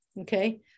okay